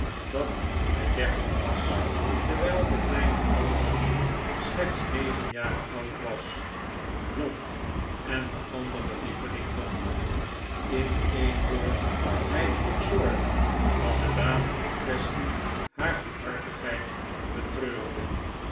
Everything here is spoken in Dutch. dat hij dertien was terwijl de kleine alderney slechts negen jaar oud was blond en de andere lieveling donker in een woord hij droeg zorg dat de dame in quaestie haar goedhartigheid betreurde